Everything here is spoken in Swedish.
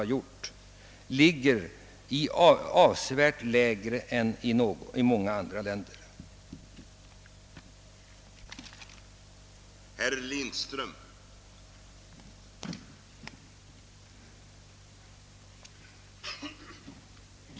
Jag vill än en gång påminna fru Lindskog om att exportavgiftsmedel huvudsakligen är pengar som jordbruket genom sina clearingkassor självt anskaffar. Framför allt är det inga skattemedel.